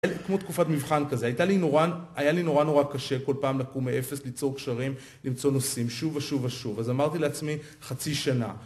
כמו תקופת מבחן כזה, היה לי נורא נורא קשה כל פעם לקום מאפס, ליצור קשרים, למצוא נושאים, שוב ושוב ושוב, אז אמרתי לעצמי חצי שנה